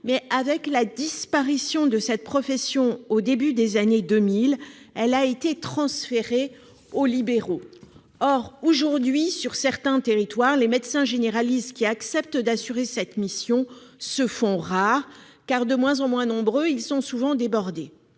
Mais avec la disparition de cette profession au début des années 2000, elle a été transférée aux libéraux. Or, aujourd'hui, sur ces territoires, les médecins généralistes qui acceptent d'assurer cette mission se font rares, car, de moins en moins nombreux, ils sont souvent débordés.